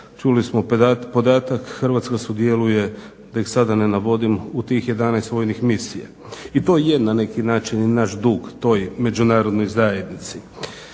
Čuli smo podatak Hrvatska sudjeluje da ih sada ne navodim u tih 11 vojnih misija. I to je na neki način i naš dug toj Međunarodnoj zajednici.